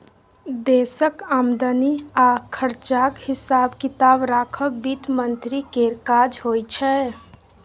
देशक आमदनी आ खरचाक हिसाब किताब राखब बित्त मंत्री केर काज होइ छै